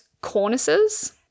cornices